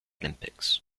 olympics